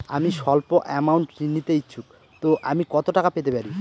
আমি সল্প আমৌন্ট ঋণ নিতে ইচ্ছুক তো আমি কত টাকা পেতে পারি?